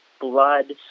blood